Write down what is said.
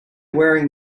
wearing